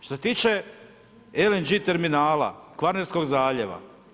Što se tiče LNG terminala Kvarnerskog zaljeva.